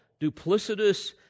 duplicitous